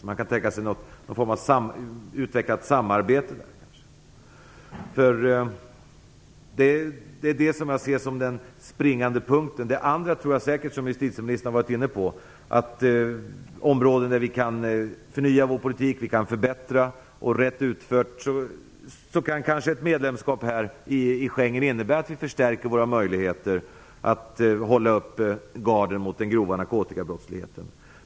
Man kan kanske tänka sig någon form av utvecklat samarbete där. Detta är, som jag ser det, den springande punkten. Det andra är, som justitieministern har varit inne på, säkert områden där vi kan förnya vår politik och förbättra den. Ett medlemskap i Schengen kan kanske innebära att vi förstärker våra möjligheter att hålla uppe garden mot den grova narkotikabrottsligheten.